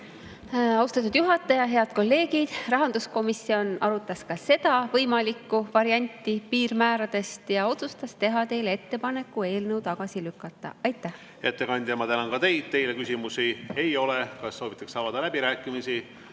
Austatud juhataja! Head kolleegid! Rahanduskomisjon arutas ka seda võimalikku piirmäärade varianti ja otsustas teha teile ettepaneku eelnõu tagasi lükata. Aitäh! Ettekandja, ma tänan ka teid. Teile küsimusi ei ole. Kas soovitakse avada läbirääkimisi?